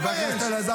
מעצמך.